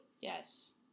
Yes